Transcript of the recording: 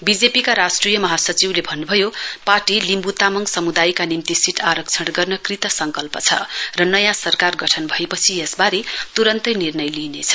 बीजेपीका राष्ट्रिय महासचिवले भन्न् भयो पार्टी लिम्बू र तामाङ सम्दायका निम्ति सीटच आरक्षण गर्न कृतसङ्कल्प छ र नयाँ सरकार गठन भएपछि यसबारे तुरून्तै निर्णय लिइनेछ